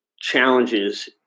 challenges